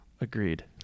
Agreed